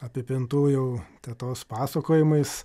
apipintų jau tetos pasakojimais